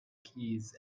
keys